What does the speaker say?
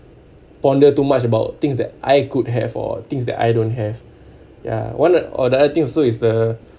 ponder too much about things that I could have or things that I don't have ya one or the other thing also is the